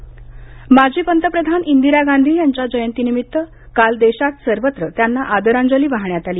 इंदिरा गांधी जयंती माजी पंतप्रधान इंदिरा गांधी यांच्या जयंती निमित्त काल देशात सर्वत्र त्यांना आदरांजली वाहण्यात आली